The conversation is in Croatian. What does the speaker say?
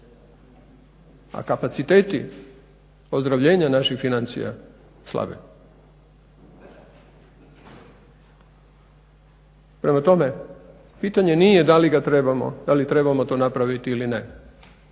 A kapaciteti ozdravljenja naših financija slabe. Prema tome, pitanje nije da li trebamo to napraviti ili ne,